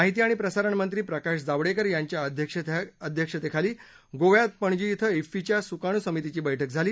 माहिती आणि प्रसारणमंत्री प्रकाश जावडेकर यांच्या अध्यक्षतेखाली गोव्यामध्ये पणजी इथं इफ्फीच्या सुकाणू समितीची बस्कि झाली